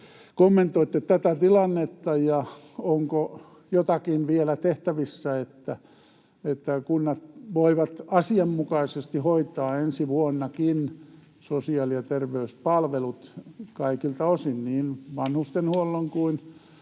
kommentoitte tätä tilannetta? Onko jotakin vielä tehtävissä, että kunnat voivat asianmukaisesti hoitaa ensi vuonnakin sosiaali- ja terveyspalvelut kaikilta osin, niin vanhustenhuollon kuin